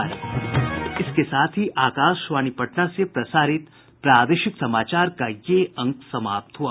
इसके साथ ही आकाशवाणी पटना से प्रसारित प्रादेशिक समाचार का ये अंक समाप्त हुआ